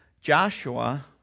Joshua